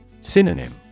Synonym